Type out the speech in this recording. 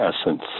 essence